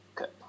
Okay